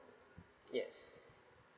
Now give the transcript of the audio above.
yes